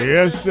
Yes